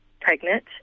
pregnant